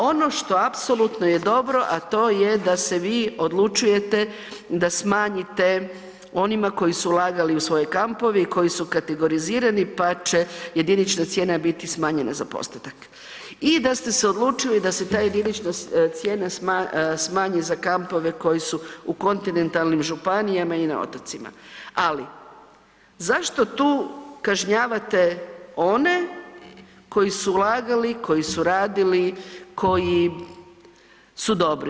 Ono što apsolutno je dobro, a to je da se vi odlučujete da smanjite onima koji su ulagali u svoje kampove i koji su kategorizirani pa će jedinična cijena biti smanjena za postotak i da ste se odlučili da se ta jedinična cijena smanji za kampovi koji su u kontinentalnim županijama i na otocima, ali zašto tu kažnjavate one koji su ulagali, koji su radili, koji su dobri?